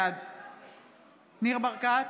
בעד ניר ברקת,